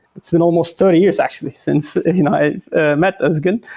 it's been almost thirty years actually since i met ozgun.